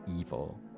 evil